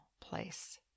place